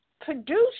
produced